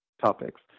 topics